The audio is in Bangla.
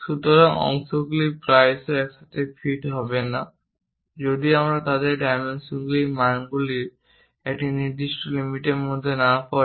সুতরাং অংশগুলি প্রায়শই একসাথে ফিট হবে না যদি তাদের ডাইমেনশনগুলি মানগুলির একটি নির্দিষ্ট লিমিটর মধ্যে না পড়ে